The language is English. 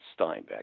Steinbeck